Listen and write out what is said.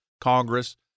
Congress